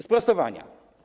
Sprostowania.